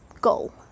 goal